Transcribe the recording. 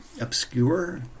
obscure